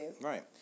Right